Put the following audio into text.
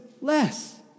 less